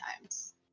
times